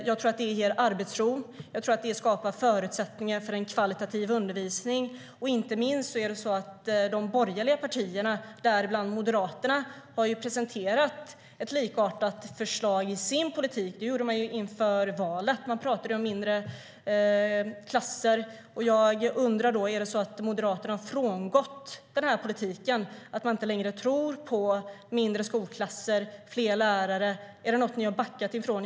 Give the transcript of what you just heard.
Jag tror att det ger arbetsro och skapar förutsättningar för en högkvalitativ undervisning. Inte minst de borgerliga partierna, däribland Moderaterna, har presenterat ett likartat förslag i sin politik. Det gjorde man inför valet. Man pratade om mindre klasser. Är det så att Moderaterna har frångått den politiken? Tror man inte längre på mindre skolklasser och fler lärare? Är det något som ni har backat från?